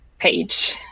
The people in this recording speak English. page